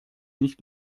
nicht